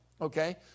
Okay